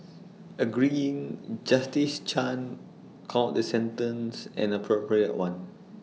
agreeing justice chan called the sentence an appropriate one